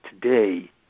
today